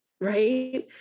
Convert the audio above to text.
right